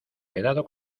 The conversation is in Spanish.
quedado